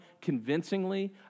convincingly